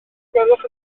gwelwch